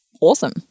awesome